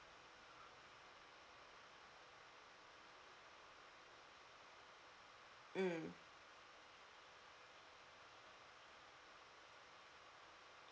mm